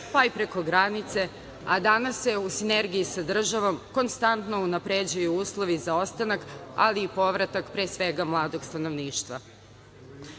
pa i preko granice, a danas se u sinergiji sa državom konstantno unapređuju uslovi za ostanak, ali i povratak pre svega mladog stanovništva. Nama